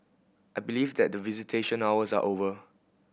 I believe that the visitation hours are over